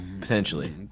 Potentially